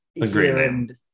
Agreed